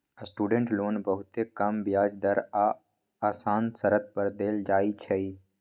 student loan बहुते कम ब्याज दर आऽ असान शरत पर देल जाइ छइ